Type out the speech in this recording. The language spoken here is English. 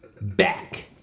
back